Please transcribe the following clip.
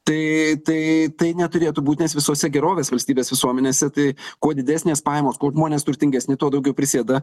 tai tai tai neturėtų būt nes visose gerovės valstybės visuomenėse tai kuo didesnės pajamos kuo žmonės turtingesni tuo daugiau prisėda